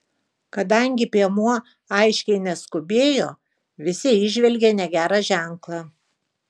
kadangi piemuo aiškiai neskubėjo visi įžvelgė negerą ženklą